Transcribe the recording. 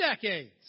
decades